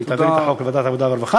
אם נקדם את הנושא בוועדת העבודה והרווחה,